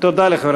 תודה לחברת